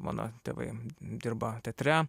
mano tėvai dirba teatre